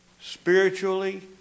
spiritually